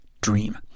dream